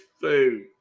food